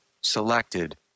selected